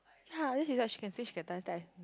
yea then she's like she can say she can dance then I